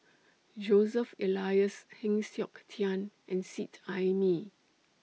Joseph Elias Heng Siok Tian and Seet Ai Mee